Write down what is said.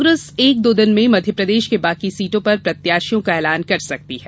कांग्रेस एक दो दिन में मध्यप्रदेश के बाकी सीटों पर प्रत्याशियों का ऐलान कर सकती है